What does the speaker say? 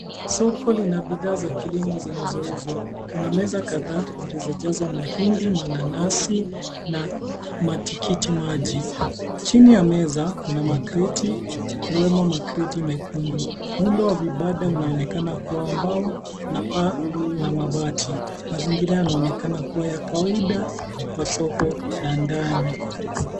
Soko lina bidhaa za kilimo zinazouzwa kuna meza kataa zilizojaswa mahindi, mananazi na matikiti maji, Jini ya meza kuna makreti ikiwemo makreti mekundu. Muundo wa vipanda unaona kuwa mbao na paa la mabati. Mazingira yanaonekana kuwa ya kawaida kwa soko na ndani.